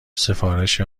سفارش